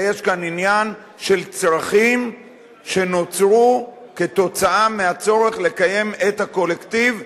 יש כאן עניין של צרכים שנוצרו כתוצאה מהצורך לקיים את הקולקטיב,